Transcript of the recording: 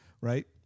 right